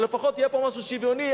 או לפחות שיהיה פה משהו שוויוני,